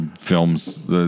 films